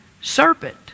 serpent